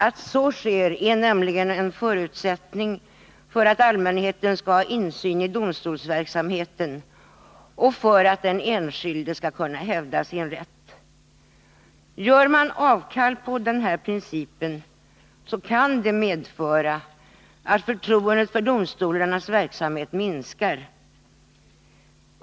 Att så sker är nämligen en förutsättning för att allmänheten skall ha insyn i domstolsverksamheten och för att den enskilde skall kunna hävda sin rätt. Gör man avkall på denna princip, kan det medföra att förtroendet för domstolarnas verksamhet minskar.